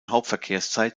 hauptverkehrszeit